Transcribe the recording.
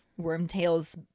Wormtail's